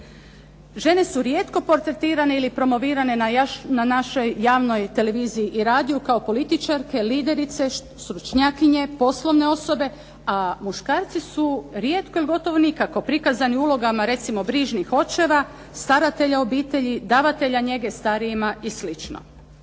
Žene su rijetko protektirane ili promovirane na našoj javnoj televiziji i radiju kao političarke, liderice, stručnjakinje, poslovne osobe, a muškarci su rijetko ili gotovo nikako prikazani u ulogama recimo brižnih očeva, staratelja obitelji, davatelja njege starijima i